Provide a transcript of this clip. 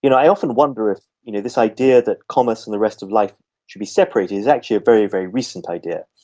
you know i often wonder if you know this idea that commerce and the rest of life should be separated is actually a very, very recent idea.